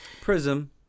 Prism